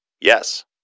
Yes